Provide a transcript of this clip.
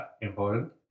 important